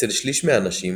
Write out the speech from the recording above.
אצל שליש מהאנשים